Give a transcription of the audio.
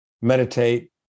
meditate